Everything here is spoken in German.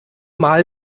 mal